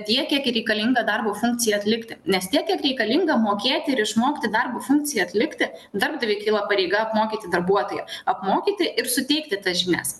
tiek kiek reikalinga darbo funkcijai atlikti nes tiek kiek reikalinga mokėti ir išmokti darbo funkcijai atlikti darbdaviui kyla pareiga apmokyti darbuotoją apmokyti ir suteikti tas žinias